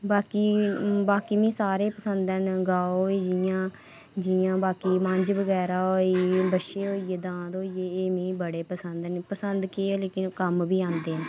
बाकी बाकी मिगी सारे पसंद न गौ होई जि'यां जि'यां बाकी मंझ बगैरा होई बच्छियां होई गेइयां दांद होई गे एह् मिगी बड़े पसंद न पसंद की क्योंकि एह् कम्म बी औंदे न